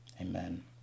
Amen